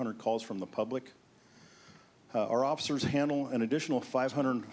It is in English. hundred calls from the public our officers handle an additional five hundred